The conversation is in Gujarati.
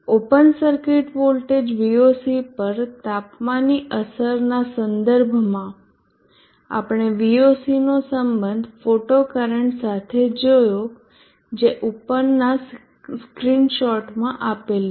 ઓપન સર્કિટ વોલ્ટેજ Voc પર તાપમાનની અસરના સંદર્ભમાં આપણે Voc નો સંબંધ ફોટો કરંટ સાથે જોયો જે ઉપરના સ્ક્રીનશોટમાં આપેલ છે